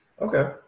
Okay